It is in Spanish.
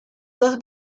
dos